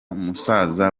musaza